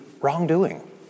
wrongdoing